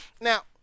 Now